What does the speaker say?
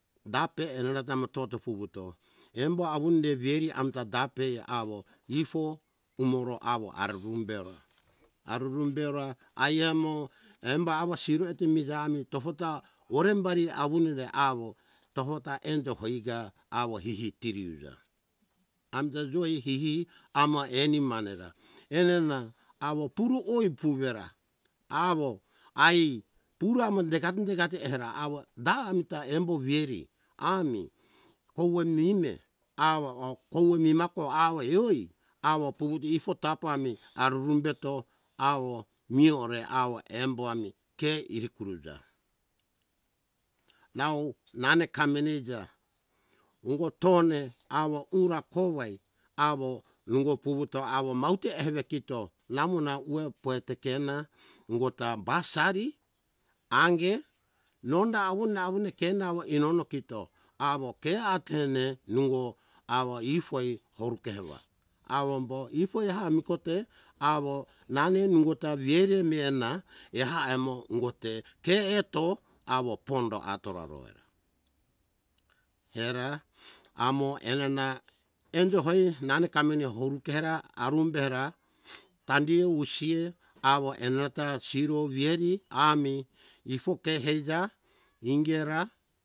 Dape erarata ma totu fuvuto embo awunde veri amta dape awo ifo umoro awo ara gum bero arurumbera aia mo embo awo siro eto jami tofo ta orembari awunere awo togota enjo hoiga awo ihi tiri uja amta joi ke hi amo eni manera ra enana awo puro oi puvera awo ai pura ami degate - degate era awo da amita embo veri ami kouwa meme awo oh puwe memako awo ewoi awo puvuto ifo tapa mi arurumbeto awo miore awo embo mi ke irikuruja nau nane kameneja ungo tomone awo ura kovai awo nungo puvuto awo maute evekito namu nau uwe puetekena ungota basari ange nonda awune ken awo enono kito awo keatene nungo awo ifoi orukewa awumbo ifoi ami kote awo nane nungota vere mena ifaemo ungote ke eto awo pondo atora rora erera amo ena enjo hoi nane kamene horukera arumbera tandiu usie awo enata siro vieri ami ifo kefeija ingera